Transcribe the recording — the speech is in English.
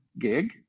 gig